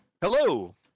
Hello